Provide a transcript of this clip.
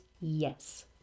yes